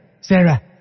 Sarah